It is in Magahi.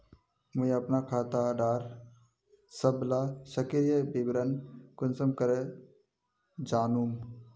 मुई अपना खाता डार सबला सक्रिय विवरण कुंसम करे जानुम?